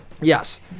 Yes